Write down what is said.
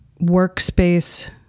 workspace